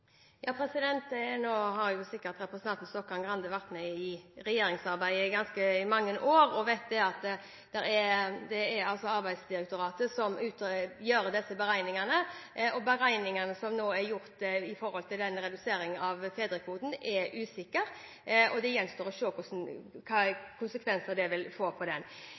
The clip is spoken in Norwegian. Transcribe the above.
Nå har sikkert representanten Grande vært med i regjeringsarbeidet i ganske mange år og vet at det er Arbeidsdirektoratet som gjør disse beregningene, og beregningen som nå er gjort med tanke på redusering av fedrekvoten, er usikker. Det gjenstår å se hva slag konsekvenser det vil få.